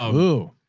ah ooh,